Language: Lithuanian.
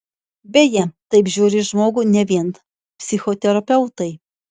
beje taip žiūri į žmogų ne vien psichoterapeutai